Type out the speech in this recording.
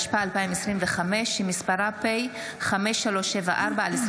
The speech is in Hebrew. התשפ"ה 2025, פ/5374/25.